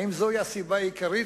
האם זו הסיבה העיקרית?